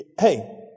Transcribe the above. hey